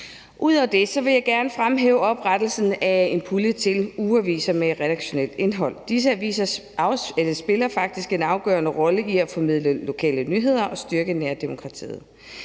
Ud over det vil jeg gerne fremhæve oprettelsen af en pulje til ugeaviser med redaktionelt indhold. Disse aviser spiller faktisk en afgørende rolle i at formidle lokale nyheder og styrke nærdemokratiet.